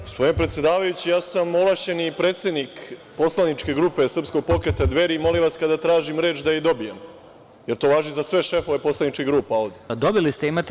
Gospodine predsedavajući, ja sam ovlašćeni predsednik poslaničke grupe Srpskog pokreta Dveri i, molim vas, kada tražim reč – da je i dobijem, jer to važi za sve šefove poslaničkih grupa ovde.